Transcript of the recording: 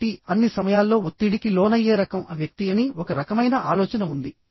కాబట్టి అన్ని సమయాల్లో ఒత్తిడికి లోనయ్యే రకం A వ్యక్తి అని ఒక రకమైన ఆలోచన ఉంది